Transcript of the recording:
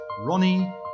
Ronnie